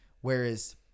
Whereas